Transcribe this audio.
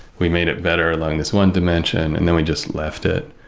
we made it better along this one dimension and then we just left it.